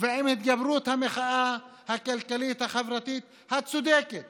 ועם התגברות המחאה הכלכלית-החברתית הצודקת